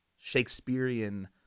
Shakespearean